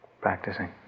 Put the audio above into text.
practicing